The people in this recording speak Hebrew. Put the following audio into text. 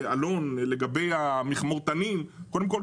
אלון רוטשילד לגבי המכמורתנים קודם כול,